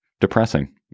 depressing